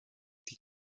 die